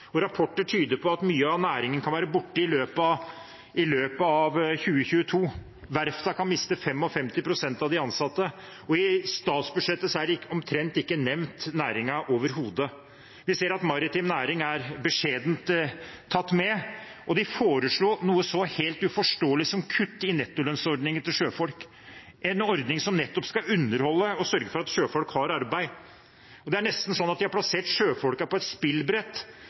Rapporter tyder på at mye av næringen kan være borte i løpet av 2022. Verftene kan miste 55 pst. av de ansatte. I statsbudsjettet er næringen omtrent ikke nevnt overhodet. Vi ser at maritim næring er beskjedent tatt med. De foreslo noe så helt uforståelig som kutt i nettolønnsordningen til sjøfolk, en ordning som nettopp skal underholde og sørge for at sjøfolk har arbeid. Det er nesten sånn at de har plassert sjøfolkene på et spillbrett,